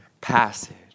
passage